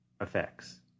effects